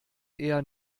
eher